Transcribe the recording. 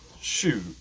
Shoot